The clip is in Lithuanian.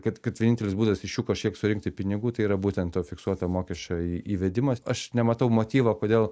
kad kad vienintelis būdas iš jų kažkiek surinkti pinigų tai yra būtent to fiksuoto mokesčio į įvedimas aš nematau motyvo kodėl